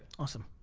awesome.